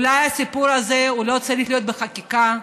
אולי הסיפור הזה לא צריך להיות בחקיקה.